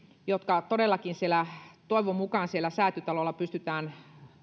että todellakin toivon mukaan siellä säätytalolla pystytään